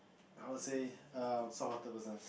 I will say err soft-hearted person